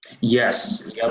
yes